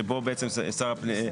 שבו בעצם שר הפנים,